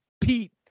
Pete